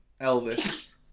elvis